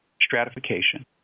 stratification